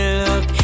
look